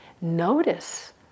notice